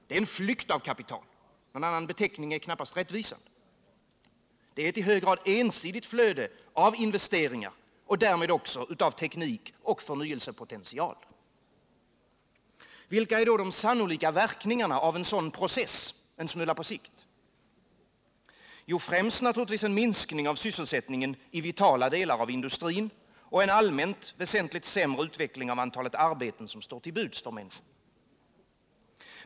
Det är en flykt av kapital — någon annan beteckning är knappast rättvisande. Det är ett i hög grad ensidigt flöde av investeringar och därmed också av teknik och förnyelsepotential. Vilka är då de sannolika verkningarna av en sådan process en smula på sikt? Främst blir det naturligtvis en minskning av sysselsättningen i vitala delar av industrin och en allmänt väsentligt sämre utveckling av antalet arbeten som står till buds för människor.